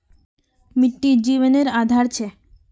मिटटी जिवानेर आधार छे